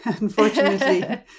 Unfortunately